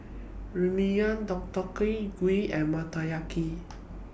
Ramyeon Deodeok Gui and Motoyaki